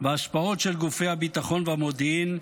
והשפעות של גופי הביטחון והמודיעין,